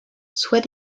soit